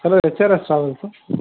hello S R S ಟ್ರಾವೆಲ್ಸಾ